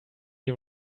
you